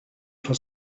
for